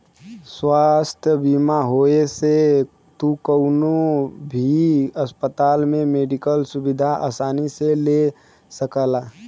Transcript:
स्वास्थ्य बीमा होये से तू कउनो भी अस्पताल में मेडिकल सुविधा आसानी से ले सकला